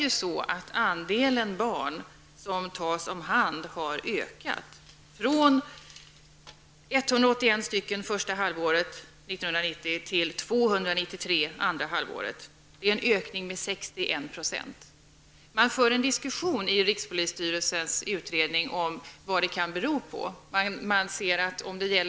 Andelen barn som tas om hand har faktiskt ökat från 181 första halvåret 1990 till 293 andra halvåret, en ökning med 61 %. Man för i rikspolisstyrelsens utredning en diskussion om vad det kan bero på.